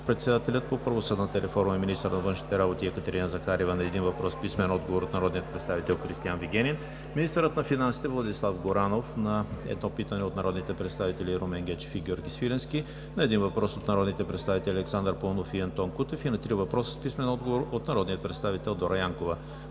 министър-председателят по правосъдната реформа и министър на външните работи Екатерина Захариева – на един въпрос с писмен отговор от народния представител Кристиан Вигенин; - министърът на финансите Владислав Горанов – на едно питане от народните представители Румен Гечев и Георги Свиленски; и на един въпрос от народните представители Александър Паунов и Антон Кутев; и на три въпроса с писмен отговор от народния представител Дора Янкова;